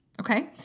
Okay